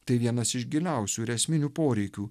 tai vienas iš giliausių ir esminių poreikių